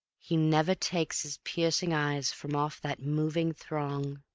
he never takes his piercing eyes from off that moving throng,